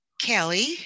Kelly